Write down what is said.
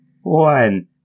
one